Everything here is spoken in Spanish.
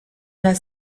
las